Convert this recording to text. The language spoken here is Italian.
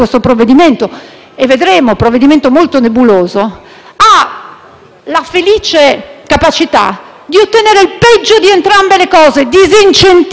la "felice" capacità di ottenere il peggio di entrambe le cose: disincentiva il lavoro e stabilizza la povertà.